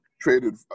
traded